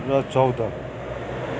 र चौध